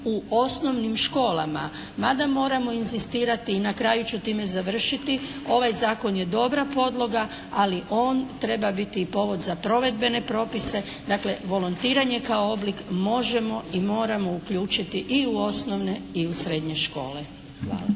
u osnovnim školama. Mada moramo inzistirati i na kraju ću time završiti. Ovaj zakon je dobra podloga ali on treba biti i povod za provedbene propise. Dakle, volontiranje kao oblik možemo i moramo uključiti i u osnovne i u srednje škole. Hvala.